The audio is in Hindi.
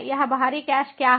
यह बाहरी कैश क्या है